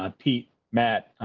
ah pete, matt,